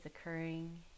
occurring